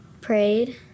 prayed